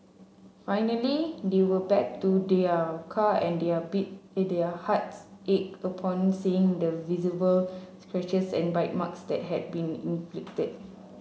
finally they went back to their car and their and their hearts ached upon seeing the visible scratches and bite marks that had been inflicted